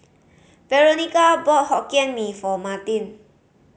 Veronica bought Hokkien Mee for Martin